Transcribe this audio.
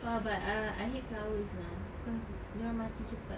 !wah! but ah I hate flowers lah cause dorang mati cepat